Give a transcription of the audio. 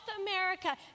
America